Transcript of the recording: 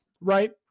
right